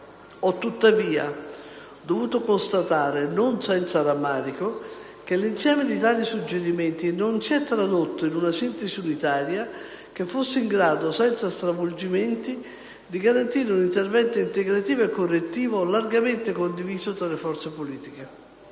Ho, tuttavia, dovuto constatare, non senza rammarico, che l'insieme di tali suggerimenti non si è tradotto in una sintesi unitaria che fosse in grado, senza stravolgimenti, di garantire un intervento integrativo e correttivo largamente condiviso tra le forze politiche.